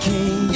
King